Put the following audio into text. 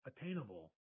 attainable